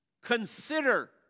Consider